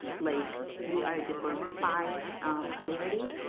like we are a diversified community,